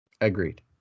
Agreed